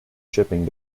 shipping